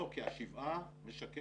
לא, כי ה-7 משקף